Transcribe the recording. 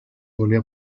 volvió